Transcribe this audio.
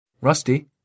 Rusty